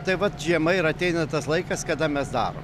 tai vat žiema ir ateina tas laikas kada mes darom